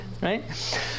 Right